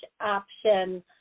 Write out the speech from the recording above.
option